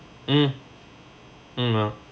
mm mm